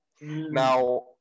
Now